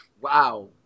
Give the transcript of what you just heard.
Wow